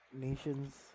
nations